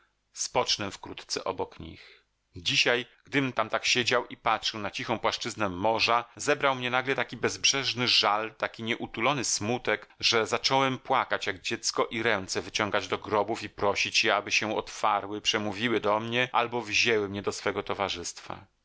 spocznę wkrótce obok nich dzisiaj gdym tam tak siedział i patrzył na cichą płaszczyznę morza zebrał mnie nagle taki bezbrzeżny żal taki nieutulony smutek że zacząłem płakać jak dziecko i ręce wyciągać do grobów i prosić je aby się otwarły przemówiły do mnie albo wzięły mnie do swego towarzystwa